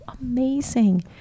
amazing